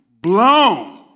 Blown